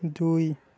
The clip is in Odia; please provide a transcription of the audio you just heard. ଦୁଇ